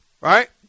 Right